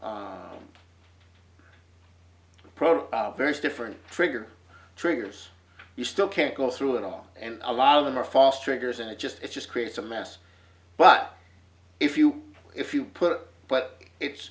ch various different trigger triggers you still can't go through it all and a lot of them are false triggers and it just it just creates a mess but if you if you put it but it's